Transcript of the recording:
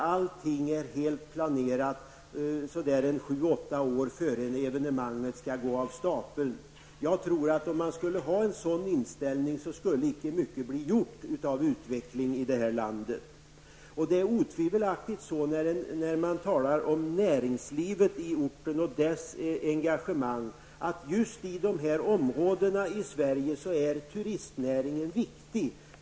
Man kan inte sju åtta år innan evenemanget skall gå av stapeln bedöma varje intäkt och varje utgift. Med en sådan inställning tror jag inte att mycket utveckling skulle komma till stånd i det här landet. När man talar om näringslivet på orten och dess engagemang är det otvivelaktigt så att i dessa områden i Sverige är turistnäringen viktig.